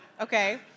okay